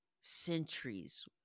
centuries